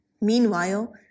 Meanwhile